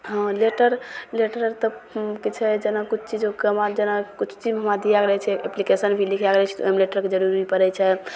हँ letter letter आओर तऽ किछु हइ जेना किछु चीज ओकर बाद जेना किछु चीजमे हमरा दैके रहै छै एप्लिकेशन भी लिखैके रहै छै तऽ ओहिमे लेटरके जरूरी पड़ै छै